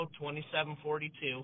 2742